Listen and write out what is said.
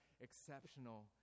exceptional